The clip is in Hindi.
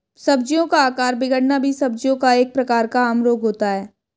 सब्जियों का आकार बिगड़ना भी सब्जियों का एक प्रकार का आम रोग होता है